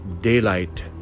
daylight